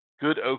good